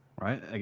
right